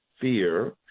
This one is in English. fear